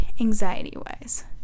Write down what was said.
anxiety-wise